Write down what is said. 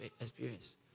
experience